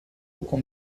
loco